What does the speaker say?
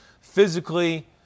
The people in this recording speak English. Physically